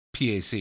PAC